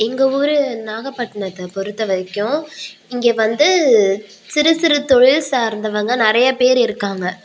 எங்கள் ஊரு நாகப்பட்டினத்த பொறுத்த வரைக்கும் இங்கே வந்து சிறு சிறு தொழில் சார்ந்தவங்க நிறைய பேர் இருக்காங்க